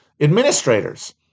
Administrators